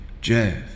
Jeff